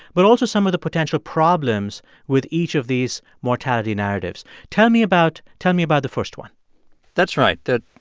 but also some of the potential problems with each of these mortality narratives. tell me about tell me about the first one that's right, that,